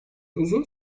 uzun